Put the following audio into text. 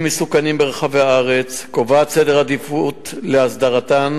מסוכנים ברחבי הארץ וקובעת סדר עדיפויות להסדרתם.